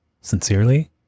Sincerely